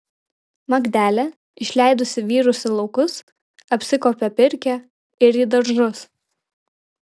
magdelė išleidusi vyrus į laukus apsikuopia pirkią ir į daržus